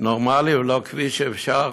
נורמלי ולא כביש שאפשר.